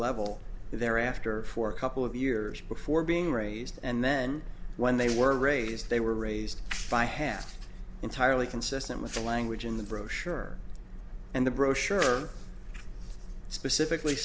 level thereafter for a couple of years before being raised and then when they were raised they were raised by hand entirely consistent with the language in the brochure and the brochure specifically